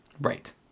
right